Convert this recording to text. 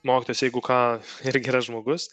mokytojas jeigu ką irgi yra žmogus